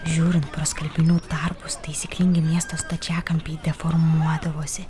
žiūrint pro skalbinių tarpus taisyklingi miesto stačiakampiai deformuodavosi